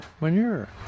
manure